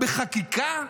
בחקיקה?